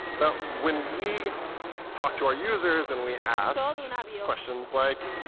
now when we talk to our users and we ask questions like,